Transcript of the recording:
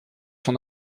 son